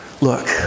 Look